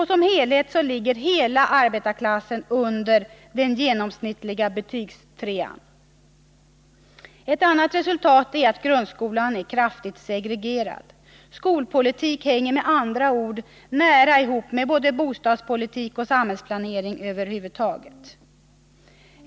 Som helhet ligger hela arbetarklassen under den genomsnittliga betygstrean. Ett annat resultat är att grundskolan är kraftigt segregerad. Skolpolitik hänger med andra ord nära ihop med bostadspolitik och samhällsplanering över huvud taget.